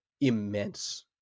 immense